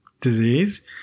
disease